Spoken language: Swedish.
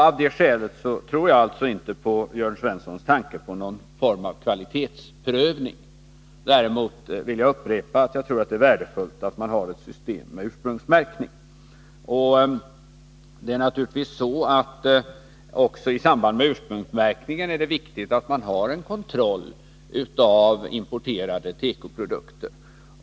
Av det skälet tror jag inte på Jörn Svenssons tanke på någon form av kvalitetsprövning. Däremot vill jag upprepa att jag tror att det är värdefullt att vi har ett system med ursprungsmärkning. Även i samband med ursprungsmärkningen är det viktigt att vi har en kontroll av importerade tekoprodukter.